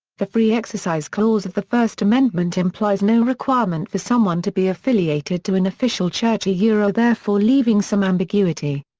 the free exercise clause of the first amendment implies no requirement for someone to be affiliated to an official church ah therefore leaving some ambiguity.